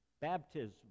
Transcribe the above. Baptism